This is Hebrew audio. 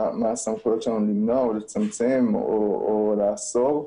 הסמכויות שלנו למנוע את לצמצם או לאסור,